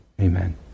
Amen